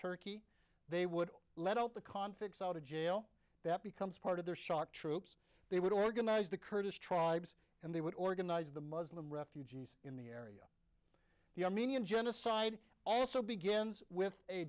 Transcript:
turkey they would let out the convicts out of jail that becomes part of their shock troops they would organize the kurdish tribes and they would organize the muslim refugees the armenian genocide also begins with a